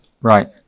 Right